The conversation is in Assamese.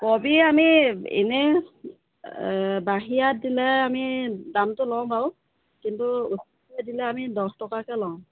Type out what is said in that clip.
কবি আমি এনে বাহিৰত দিলে আমি দামটো লওঁ বাৰু কিন্তু খুচুৰা দিলে আমি দহ টকাকৈ লওঁ